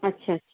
अच्छा अच्छा